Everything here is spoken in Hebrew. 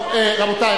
רבותי,